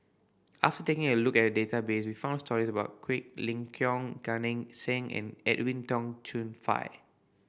after taking a look at the database we found stories about Quek Ling Kiong Gan Eng Seng and Edwin Tong Chun Fai